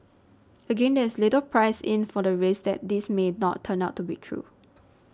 again there is little priced in for the risk that this may not turn out to be true